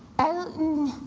elton,